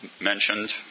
mentioned